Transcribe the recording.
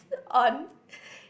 on